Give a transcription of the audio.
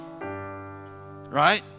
right